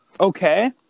Okay